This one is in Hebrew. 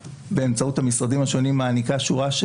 הממשלה,